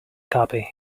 copy